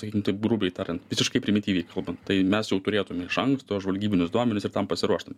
sakykim taip grubiai tariant visiškai primityviai kalbant tai mes jau turėtume iš anksto žvalgybinius duomenis ir tam pasiruoštume